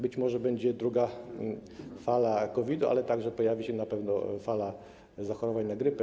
Być może będzie druga fala COVID-u, ale także pojawi się na pewno fala zachorowań na grypę.